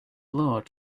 lord